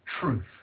truth